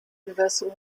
universal